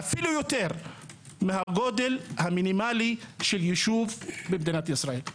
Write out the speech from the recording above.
אפילו יותר מהגודל המינימלי של ישוב במדינת ישראל.